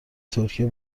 ترکیه